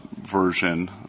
version